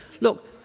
look